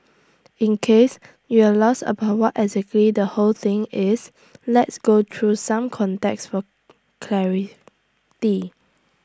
in case you're lost about what exactly the whole thing is let's go through some context for clarity